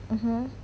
mmhmm